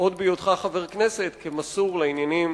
עוד בהיותך חבר כנסת, כמסור לעניינים